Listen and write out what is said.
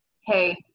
hey